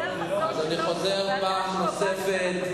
אני חוזר פעם נוספת,